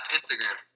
Instagram